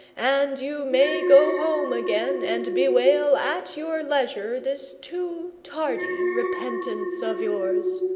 and you may go home again and bewail at your leisure this too tardy repentance of yours.